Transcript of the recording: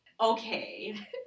okay